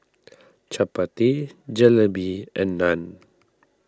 Chapati Jalebi and Naan